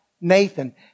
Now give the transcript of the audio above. Nathan